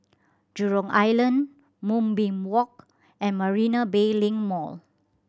Jurong Island Moonbeam Walk and Marina Bay Link Mall